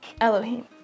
Elohim